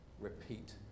repeat